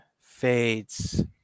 fades